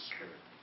Spirit